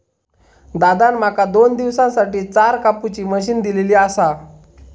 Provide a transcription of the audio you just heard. दादान माका दोन दिवसांसाठी चार कापुची मशीन दिलली आसा